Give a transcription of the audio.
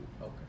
Okay